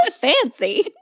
fancy